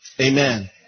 amen